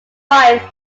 wife